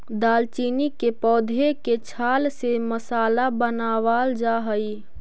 दालचीनी के पौधे के छाल से मसाला बनावाल जा हई